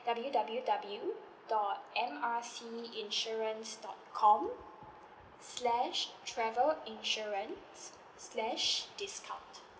W W W dot M R C insurance dot com slash travel insurance slash discount